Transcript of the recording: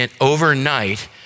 overnight